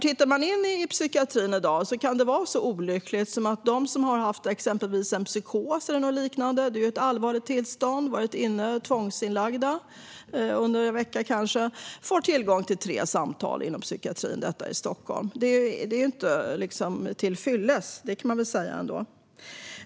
Tittar man in i psykiatrin i dag ser man att det kan vara så olyckligt att den som har haft exempelvis en psykos eller liknande - det är ju ett allvarligt tillstånd - och varit tvångsinlagd under kanske en vecka får tillgång till tre samtal inom psykiatrin, detta i Stockholm. Det är liksom inte till fyllest; det kan man väl ändå säga.